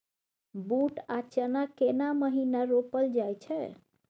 बूट आ चना केना महिना रोपल जाय छै?